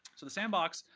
so the sandbox,